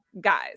guys